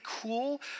cool